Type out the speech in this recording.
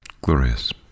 glorious